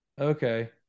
Okay